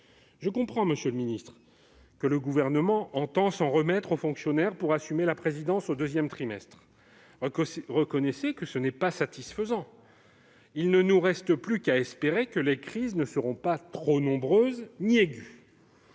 Je comprends, monsieur le ministre, que le Gouvernement entend s'en remettre aux fonctionnaires pour assumer la présidence au deuxième trimestre. Mais reconnaissez que ce n'est pas satisfaisant. Il ne nous reste plus qu'à espérer que les crises ne seront ni trop nombreuses ni trop